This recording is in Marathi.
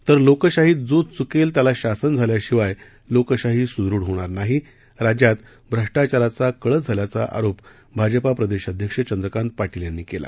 तर लोकशाहीत जो च्केल त्याला शासन झाल्याशिवाय लोकशाही सुदृढ होणार नाही राज्यात श्रष्टाचाराचा कळस झाल्याचा आरोप भाजपा प्रदेशाध्यक्ष चंद्रकांत पाटील यांनी केला